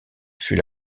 fut